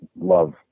love